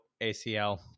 ACL